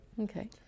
Okay